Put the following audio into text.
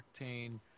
octane